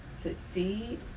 succeed